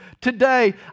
today